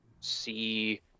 see